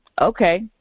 okay